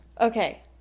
Okay